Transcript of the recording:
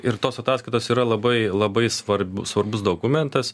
ir tos ataskaitos yra labai labai svarb svarbus dokumentas